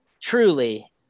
truly